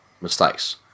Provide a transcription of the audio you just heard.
mistakes